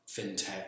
fintech